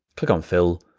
click on fill,